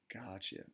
Gotcha